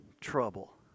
trouble